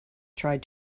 tried